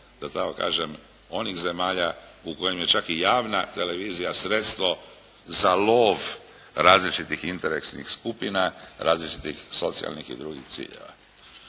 da tako kažem onih zemalja u kojima je čak i javna televizija sredstvo za lov različitih interesnih skupina, različitih socijalnih i drugih ciljeva.